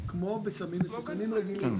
כמו בסמים מסוכנים רגילים.